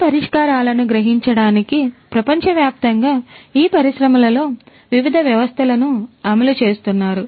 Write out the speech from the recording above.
ఈ పరిష్కారాలను గ్రహించడానికి ప్రపంచవ్యాప్తంగా ఈ పరిశ్రమలలో వివిధ వ్యవస్థలను అమలు చేస్తున్నారు